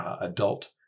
adult